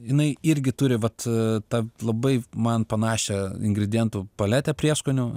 jinai irgi turi vat tą labai man panašią ingredientų paletę prieskonių